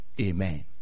Amen